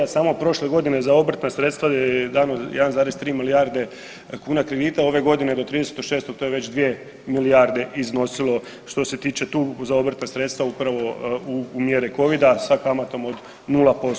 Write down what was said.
Samo prošle godine za obrtna sredstva je dano 1,3 milijarde kuna kredita, ove godine do 30.6., to je već 2 milijarde iznosilo, što se tiče tu za obrtna sredstva upravo u mjere Covida, sa kamatom od 0%